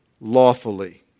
lawfully